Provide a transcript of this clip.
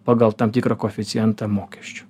pagal tam tikrą koeficientą mokesčių